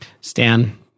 Stan